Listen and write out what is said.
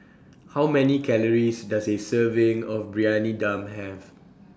How Many Calories Does A Serving of Briyani Dum Have